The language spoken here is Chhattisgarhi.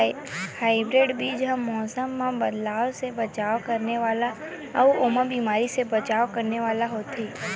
हाइब्रिड बीज हा मौसम मे बदलाव से बचाव करने वाला अउ बीमारी से बचाव करने वाला होथे